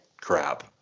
crap